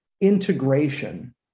integration